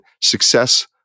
success